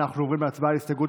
אורית מלכה סטרוק,